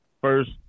first